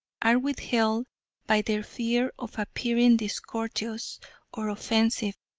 are withheld, by their fear of appearing discourteous or offensive,